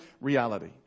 reality